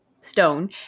stone